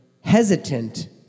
hesitant